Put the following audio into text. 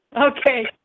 Okay